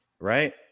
Right